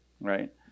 right